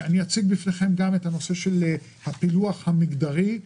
אני אציג בפניכם את הפילוח המגדרי.